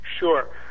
Sure